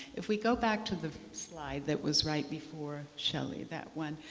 if we go back to the slide that was right before shelly, that one,